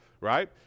right